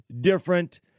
different